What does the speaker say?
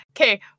okay